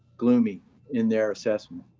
gloomy in their assessment?